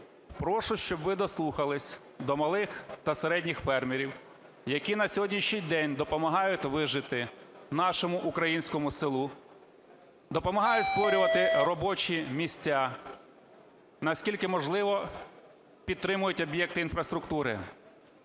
Прошу, щоб ви дослухалися до малих та середніх фермерів, які на сьогоднішній день допомагають вижити нашому українському селу, допомагають створювати робочі місця, наскільки можливо, підтримують об'єкти інфраструктури.